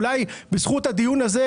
אולי בזכות הדיון הזה,